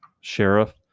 sheriff